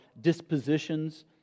dispositions